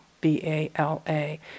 b-a-l-a